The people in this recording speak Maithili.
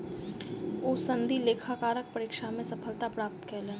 ओ सनदी लेखाकारक परीक्षा मे सफलता प्राप्त कयलैन